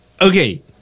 okay